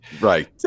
right